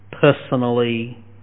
personally